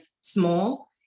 small